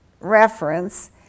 reference